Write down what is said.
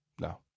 No